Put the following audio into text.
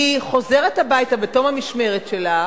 היא חוזרת הביתה בתום המשמרת שלה